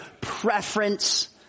Preference